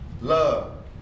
Love